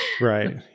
Right